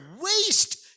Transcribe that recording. waste